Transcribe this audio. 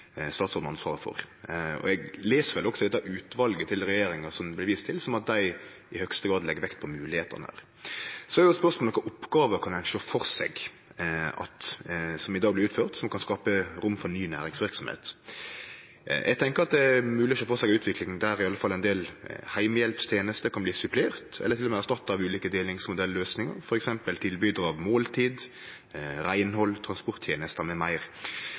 statsråden har ansvaret for. Eg les vel også rapporten til dette utvalet til regjeringa, som det blir vist til, slik at dei der i høgste grad legg vekt på moglegheitene. Så er spørsmålet kva for oppgåver ein kan sjå for seg som i dag blir utførte, som kan skape rom for ny næringsverksemd. Eg tenkjer at det er mogleg å sjå for seg ei utvikling der iallfall ein del heimehjelpstenester kan bli supplerte eller bli erstatta av ulike delingsmodelløysingar, f.eks. tilbydarar av måltid, reinhald, transporttenester